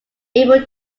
able